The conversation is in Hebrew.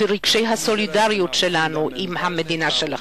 רגשי הסולידריות שלנו עם המדינה שלכם.